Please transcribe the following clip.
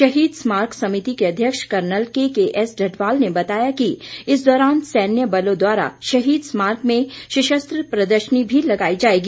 शहीद स्मार्क समिति के अध्यक्ष कर्नल केके एस डढवाल ने बताया कि इस दौरान सैन्य बलों द्वारा शहीद स्मार्क में सशस्त्र प्रदर्शनी भी लगाई जाएगी